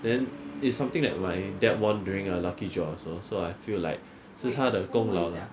then it's something that my dad won during a lucky draw also so I feel like 是他的功劳 lah